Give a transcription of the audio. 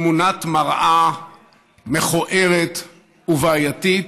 תמונת מראה מכוערת ובעייתית